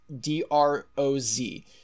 d-r-o-z